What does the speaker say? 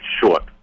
short